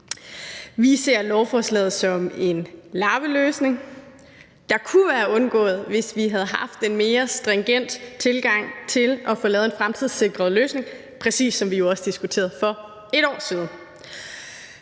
Vi ser lovforslaget som en lappeløsning, der kunne være undgået, hvis vi havde haft en mere stringent tilgang til at få lavet en fremtidssikret løsning – præcis som vi også diskuterede for et år siden.